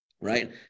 Right